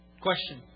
Question